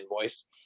invoice